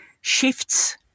shifts